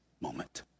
moment